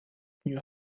knew